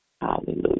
Hallelujah